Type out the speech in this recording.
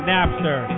Napster